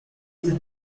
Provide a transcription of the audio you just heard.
did